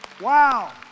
Wow